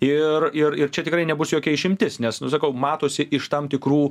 ir ir ir čia tikrai nebus jokia išimtis nes nu sakau matosi iš tam tikrų